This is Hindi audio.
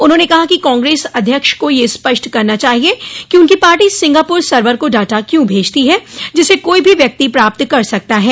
उन्होंने कहा कि कांग्रेस अध्यक्ष को यह स्पष्ट करना चाहिये कि उनकी पार्टी सिंगापुर सर्वर को डाटा क्यों भेजती है जिसे कोई भी व्यक्ति प्राप्त कर सकता है